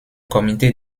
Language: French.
comité